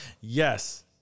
Yes